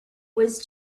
was